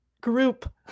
Group